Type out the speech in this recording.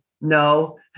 no